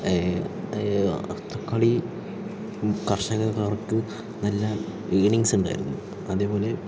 തക്കാളി കർഷകർക്ക് നല്ല ഏർണിങ്സ് ഉണ്ടായിരുന്നു അതേപോലെ